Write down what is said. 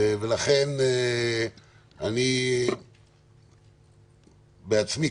ולכן אני בעצמי,